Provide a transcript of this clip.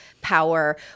power